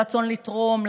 הרצון לתרום,